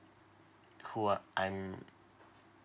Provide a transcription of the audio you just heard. who are I'm